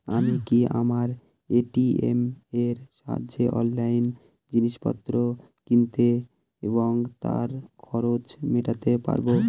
আমি কি আমার এ.টি.এম এর সাহায্যে অনলাইন জিনিসপত্র কিনতে এবং তার খরচ মেটাতে পারব?